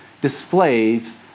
displays